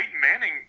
Manning